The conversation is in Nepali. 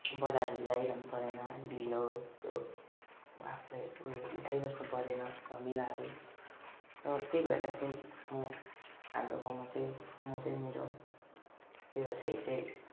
बजारहरू गइरहनु परेन ढिलो त्यो आफ्नै ऊ यो उठाइबस्नु परेन झमेलाहरू र त्यही भएर चाहिँ म हाम्रो गाउँमा चाहिँ म चाहिँ मेरो व्यवसाय चाहिँ